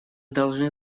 должны